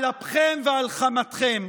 על אפכם ועל חמתכם,